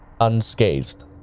unscathed